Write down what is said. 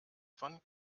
von